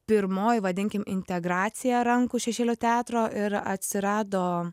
pirmoji vadinkim integracija rankų šešėlių teatro ir atsirado